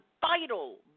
vital